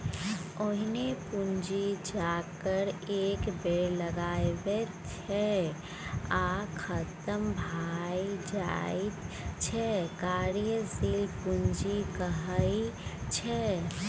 ओहेन पुंजी जकरा एक बेर लगाबैत छियै आ खतम भए जाइत छै कार्यशील पूंजी कहाइ छै